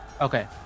Okay